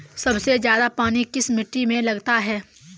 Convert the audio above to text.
सबसे ज्यादा पानी किस मिट्टी में लगता है?